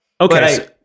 Okay